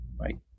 right